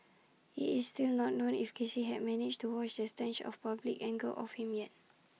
IT is still not known if Casey had managed to wash the stench of public anger off him yet